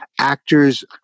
Actors